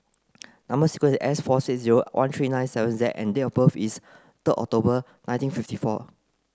number sequence is S four six zero one three nine seven Z and date of birth is third October nineteen fifty four